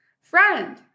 Friend